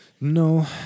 No